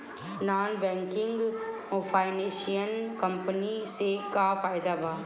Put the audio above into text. Non banking financial company से का फायदा बा?